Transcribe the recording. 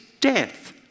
death